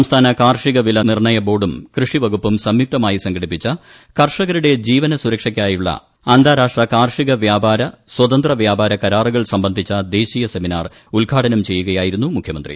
സംസ്ഥാന കാർഷിക വില നിർണ്ണയ ബോർഡും കൃഷിവകുപ്പും സംയുക്തമായി സംഘടിപ്പിച്ച കർഷകരുടെ ജീവന സുരക്ഷായ്ക്കായുള്ള അന്താരാഷ്ട്ര കാർഷിക വ്യാപാര സ്വതന്ത്ര വ്യാപാര കരാറുകൾ സംബന്ധിച്ച ദേശീയ സെമിനാർ ഉദ്ഘാടനം ചെയ്യുകയായിരുന്നു മുഖ്യമന്ത്രി